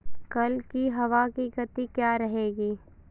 कल की हवा की गति क्या रहेगी?